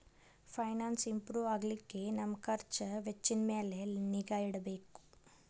finance improve ಆಗ್ಲಿಕ್ಕೆ ನಮ್ ಖರ್ಛ್ ವೆಚ್ಚಿನ್ ಮ್ಯಾಲೆ ನಿಗಾ ಇಡ್ಬೆಕ್